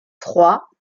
trois